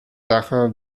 sache